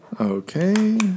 Okay